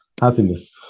happiness